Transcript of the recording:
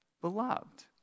beloved